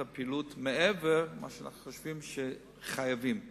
הפעילות מעבר למה שאנחנו חושבים שחייבים.